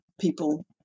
people